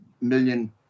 million